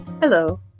Hello